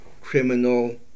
criminal